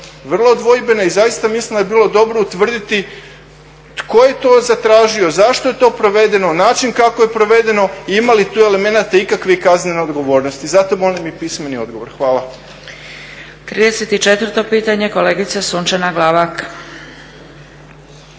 vrlo dvojbena i zaista mislim da bi bilo dobro utvrditi tko je to zatražio, zašto je to provedeno, način kako je to provedeno i ima li tu ikakvih elemenata kaznene odgovornosti. Zato molim pismeni odgovor. Hvala.